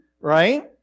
right